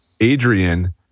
Adrian